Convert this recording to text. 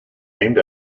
named